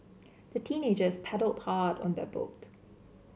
the teenagers paddled hard on their boat